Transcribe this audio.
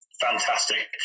fantastic